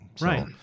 right